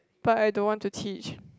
but I don't want to teach